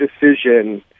decision